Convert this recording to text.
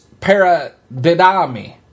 paradidami